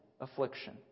Affliction